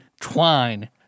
twine